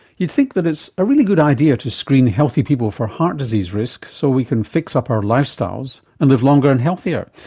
you'd think that it's a really good idea to screen healthy people for heart disease risk so we can fix up our lifestyles and live longer and healthier.